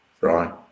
Right